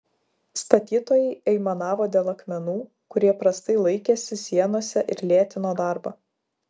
statytojai aimanavo dėl akmenų kurie prastai laikėsi sienose ir lėtino darbą